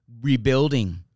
rebuilding